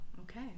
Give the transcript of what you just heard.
Okay